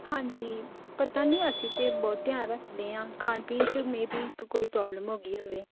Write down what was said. ਹਾਂਜੀ ਪਤਾ ਨਹੀਂ ਅਸੀਂ ਤਾਂ ਬਹੁਤ ਧਿਆਨ ਰੱਖਦੇ ਹਾਂ ਖਾਣ ਪੀਣ 'ਚ ਮੇ ਬੀ ਕੋਈ ਪ੍ਰੋਬਲਮ ਹੋ ਗਈ ਹੋਵੇ